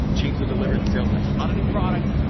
change the delivery the sales message. it's not a new product,